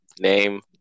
name